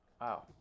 Wow